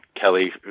Kelly